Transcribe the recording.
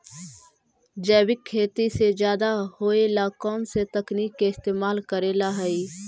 जैविक खेती ज्यादा होये ला कौन से तकनीक के इस्तेमाल करेला हई?